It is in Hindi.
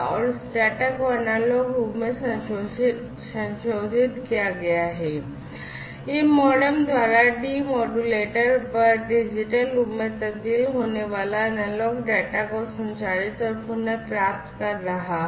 और इस डेटा को एनालॉग रूप में संशोधित किया गया है यह मॉडेम द्वारा डीमोडुलेटर पर डिजिटल रूप में तब्दील होने वाले एनालॉग डेटा को संचारित और पुनः प्राप्त कर रहा है